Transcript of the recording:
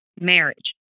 marriage